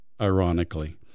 ironically